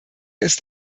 ist